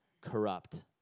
corrupt